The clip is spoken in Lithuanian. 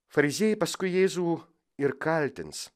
fariziejai paskui jėzų ir kaltins